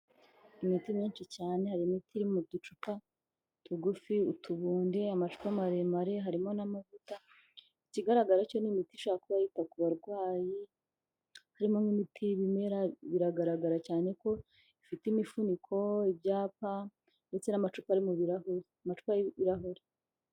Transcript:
Imiti myinshi cyane hari imiti iri mu ducupa tugufi, utubundi, amacupa maremare harimo n'amavuta ikigaragara cyo ni imiti ishobora kuba yita ku barwayi harimo nk'imiti y'ibimera biragaragara cyane ko ifite imifuniko, ibyapa ndetse n'amacupa y'ibirahuri.